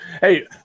Hey